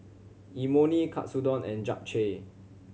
Imoni Katsudon and Japchae